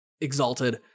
Exalted